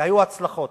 והיו הצלחות.